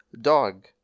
Dog